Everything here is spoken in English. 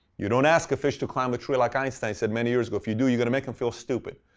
you don't ask a fish to climb a tree like einstein said, many years ago. if you do, you're going to make them feel stupid,